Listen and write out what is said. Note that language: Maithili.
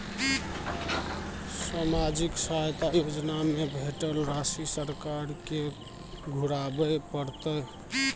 सामाजिक सहायता योजना में भेटल राशि सरकार के घुराबै परतै?